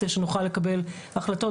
כדי שנוכל לקבל החלטות,